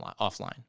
offline